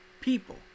people